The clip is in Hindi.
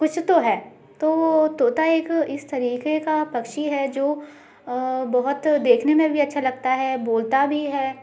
कुछ तो है तो तोता एक इस तरीके का पक्षी है जो बहोत देखने में भी अच्छा लगता है बोलता भी है